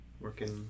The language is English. working